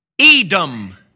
Edom